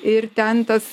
ir ten tas